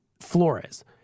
Flores